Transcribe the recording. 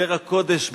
זרע קודש,